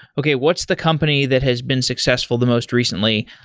okay, what's the company that has been successful the most recently?